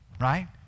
right